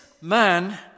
man